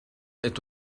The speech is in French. est